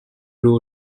rule